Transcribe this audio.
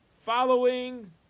Following